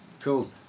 Cool